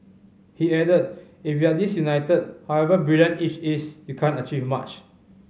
he added If you're disunited however brilliant each is you can't achieve much